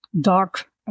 dark